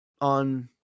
on